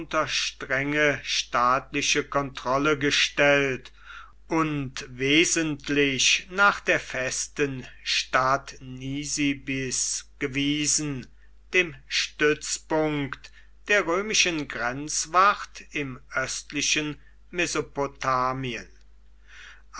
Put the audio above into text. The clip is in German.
strenge staatliche kontrolle gestellt und wesentlich nach der festen stadt nisibis gewiesen dem stützpunkt der römischen grenzwacht im östlichen